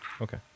Okay